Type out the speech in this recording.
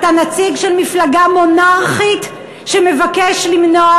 אתה נציג של מפלגה מונרכית שמבקש למנוע